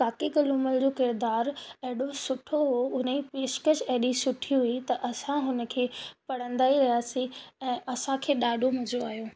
काके कल्लूमल जो किरदारु एॾो सुठो हो हुन जी पेशकशु एॾी सुठी हुई त असां हुन खे पढ़ंदा ई रहयासी ऐं असांखे ॾाढो मजो आयो